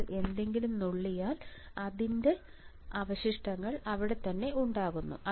നിങ്ങൾ എന്തെങ്കിലും നുള്ളിയാൽ അതിൻറെ അവശിഷ്ടങ്ങൾ അവിടെത്തന്നെ ഉണ്ടാകുന്നു